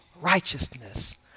righteousness